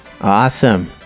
Awesome